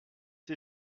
ces